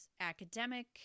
academic